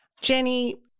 Jenny